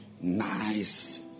nice